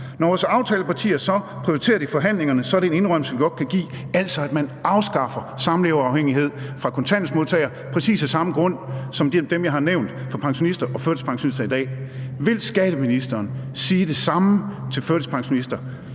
Når vores aftalepartier så prioriterer det i forhandlingerne, er det en indrømmelse, vi godt kan give. Man afskaffer altså samleverafhængighed for kontanthjælpsmodtagere præcis af samme grunde som dem, jeg har nævnt, for pensionister og førtidspensionister i dag. Vil skatteministeren sige det samme til førtidspensionister